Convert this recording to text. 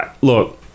look